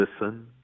listen